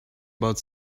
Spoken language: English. about